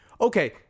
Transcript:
okay